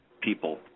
people